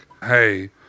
Hey